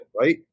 Right